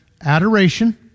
adoration